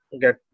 get